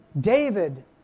David